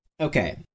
Okay